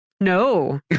no